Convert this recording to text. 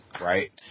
right